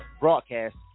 broadcast